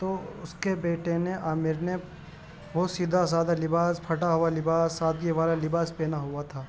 تو اس کے بیٹے نے عامر نے بہت سیدھا سادہ لباس پھٹا ہوا لباس سادگی والا لباس پہنا ہوا تھا